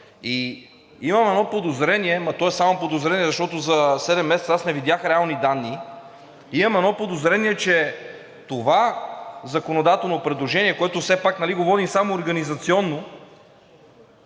Имам едно подозрение, но то е само подозрение, защото за седем месеца не видях реални данни. Имам едно подозрение, че това законодателно предложение, което все пак го водим само организационно,